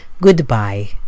Goodbye